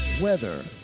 weather